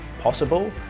possible